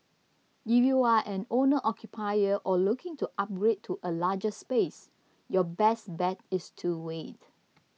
if you are an owner occupier or looking to upgrade to a larger space your best bet is to wait